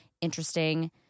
interesting